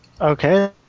Okay